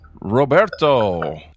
Roberto